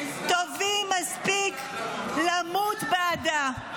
טובים מספיק למות בעדה,